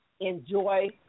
enjoy